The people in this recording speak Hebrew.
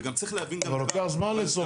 וגם צריך להבין --- אבל לוקח זמן לאסוף מידע.